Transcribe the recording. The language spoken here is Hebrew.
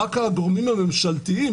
רק על הגורמים הממשלתיים,